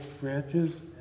branches